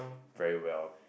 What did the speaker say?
very well